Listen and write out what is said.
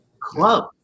club